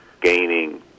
gaining